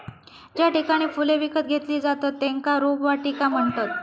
ज्या ठिकाणी फुले विकत घेतली जातत त्येका रोपवाटिका म्हणतत